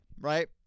right